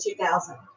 2000